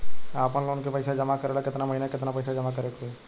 हम आपनलोन के पइसा जमा करेला केतना महीना केतना पइसा जमा करे के होई?